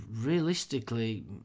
realistically